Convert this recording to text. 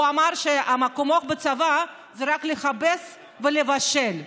הוא אמר שמקומך בצבא זה רק לכבס ולבשל,